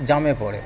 জ্যামে পড়ে